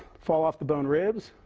fall off the bone ribs.